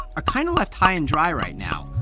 are kind of left high and dry right now,